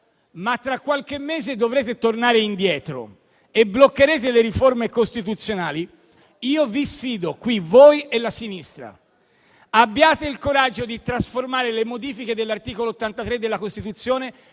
ma tra qualche mese dovrete tornare indietro e bloccherete le riforme costituzionali, io vi sfido qui, voi e la sinistra: abbiate il coraggio di trasformare le modifiche dell'articolo 83 della Costituzione